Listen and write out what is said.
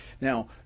Now